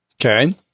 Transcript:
Okay